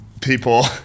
people